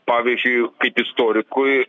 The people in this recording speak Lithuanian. pavyzdžiui kaip istorikui